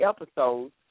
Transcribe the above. episodes